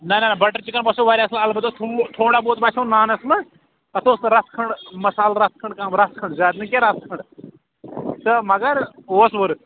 نہ نہ butter chicken باسیٚو واریاہ اَصٕل البتہ تھوٚو تھوڑا بہت باسیٚو نانَس منٛز تَتھ اوس رژھ کھَنٛڈ مَسال رَژھ کھنٛڈ کم رَژھ کھنٛڈ زیادٕ نہٕ کیٚنٛہہ رَژھ کھنٛڈ تہٕ مگر اوس ؤرٕتھ